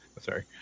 Sorry